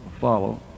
follow